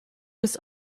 was